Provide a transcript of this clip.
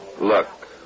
Look